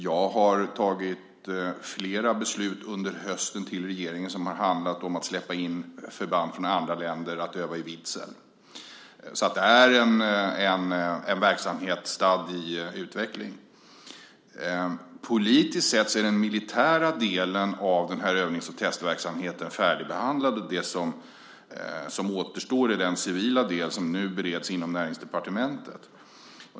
Jag har tagit flera beslut under hösten till regeringen som har handlat om att släppa in förband från andra länder att öva i Vidsel. Det här är en verksamhet stadd i utveckling. Politiskt sett är den militära delen av övnings och testverksamheten färdigbehandlad. Det som återstår är den civila del som nu bereds inom Näringsdepartementet.